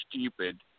stupid